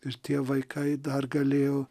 ir tie vaikai dar galėjo